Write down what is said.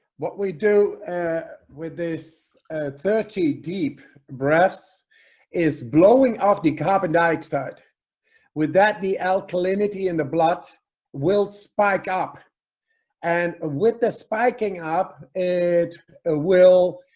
what we do with this thirty deep breaths is blowing off the carbon dioxide with that the alkalinity in the blood will spike up and with the spiking up it ah will